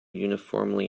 uniformly